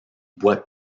boit